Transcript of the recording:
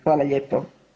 Hvala lijepo.